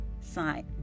sign